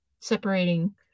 separating